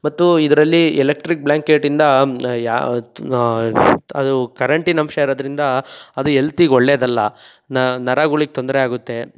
ಮತ್ತು ಇದರಲ್ಲಿ ಎಲೆಕ್ಟ್ರಿಕ್ ಬ್ಲ್ಯಾಂಕೆಟಿಂದ ಅದು ಕರೆಂಟಿನಂಶ ಇರೋದ್ರಿಂದ ಅದು ಎಲ್ತಿಗೆ ಒಳ್ಳೆದಲ್ಲ ನರಗಳಿಗೆ ತೊಂದರೆ ಆಗುತ್ತೆ